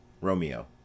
Romeo